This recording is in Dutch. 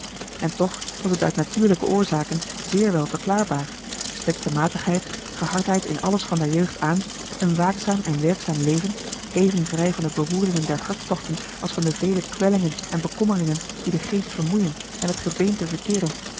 en toch was het uit natuurlijke oorzaken zeer wel verklaarbaar strikte matigheid gehardheid in alles van der jeugd aan een waakzaam en werkzaam leven even vrij van de beroeringen der hartstochten als van de vele kwellingen en bekommeringen die den geest vermoeien en het gebeente verteren